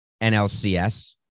NLCS